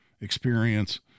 experience